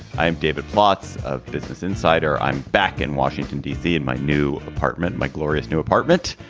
i am david plotz of business insider. i'm back in washington, d c. and my new apartment, my glorious new apartment,